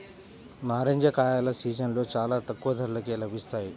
నారింజ కాయల సీజన్లో చాలా తక్కువ ధరకే లభిస్తాయి